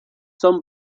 son